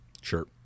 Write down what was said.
Sure